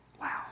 wow